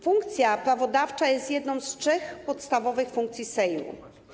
Funkcja prawodawcza jest jedną z trzech podstawowych funkcji Sejmu.